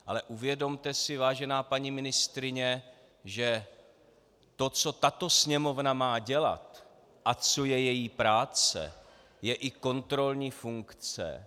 Ale uvědomte si, vážená paní ministryně, že to, co tato Sněmovna má dělat a co je její práce, je i kontrolní funkce.